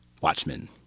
Watchmen